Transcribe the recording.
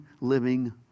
living